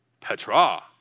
Petra